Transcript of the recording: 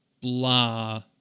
blah